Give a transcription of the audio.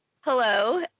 hello